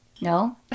No